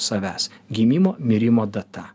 savęs gimimo mirimo data